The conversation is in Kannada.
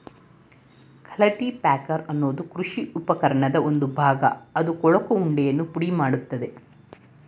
ಕಲ್ಟಿಪ್ಯಾಕರ್ ಅನ್ನೋದು ಕೃಷಿ ಉಪಕರಣದ್ ಒಂದು ಭಾಗ ಅದು ಕೊಳಕು ಉಂಡೆನ ಪುಡಿಮಾಡ್ತದೆ